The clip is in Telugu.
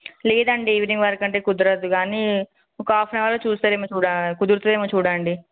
లేదండీ ఈవినింగ్ వరకు అంటే కుదరదు కానీ ఒక హాఫ్ అండ్ అవర్లో చూస్తారేమో చూడా కుదురుతుందేమో చూడండీ